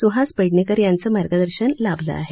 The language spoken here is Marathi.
स्हास पेडणेकर यांचं मार्गदर्शन लाभलं आहे